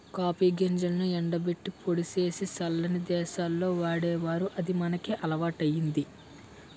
copy గింజలను ఎండబెట్టి పొడి సేసి సల్లని దేశాల్లో వాడేవారు అది మనకి అలవాటయ్యింది